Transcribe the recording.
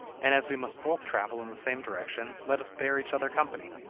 and, as we must both travel in the same direction, let us bear each other company